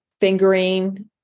fingering